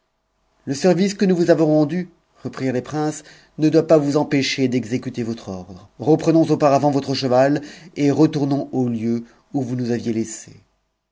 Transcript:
le service que nous vous avons rendu reprirent les princes doit pas vous empêcher d'exécuter votre ordre reprenons auparavant votre cheval et retournons au lieu où vous nous aviez laissés